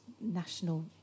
national